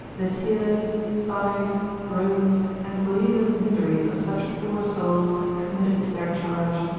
the tears, sighs, groans, and grievous miseries of such poor souls committed to their charge.